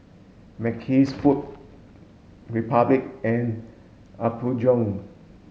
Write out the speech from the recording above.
Mackays Food Republic and Apgujeong